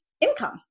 income